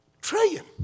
Trillion